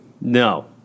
No